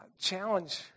challenge